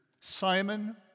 Simon